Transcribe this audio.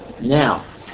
now